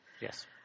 Yes